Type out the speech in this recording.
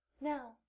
no